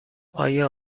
آیا